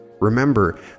remember